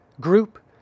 group